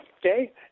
Okay